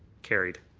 carried.